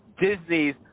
Disney's